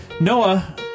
Noah